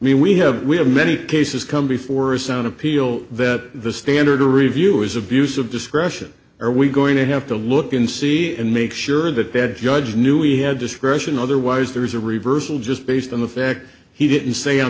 i mean we have we have many cases come before us on appeal that the standard to review is abuse of discretion are we going to have to look and see and make sure that bad judge knew we had discretion otherwise there's a reversal just based on the fact he didn't say on